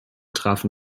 trafen